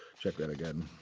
check that again.